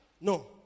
No